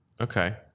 Okay